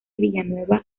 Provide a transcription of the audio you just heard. villanueva